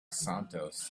santos